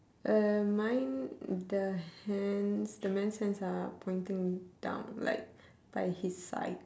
uh mine the hands the man's hands are pointing down like by his side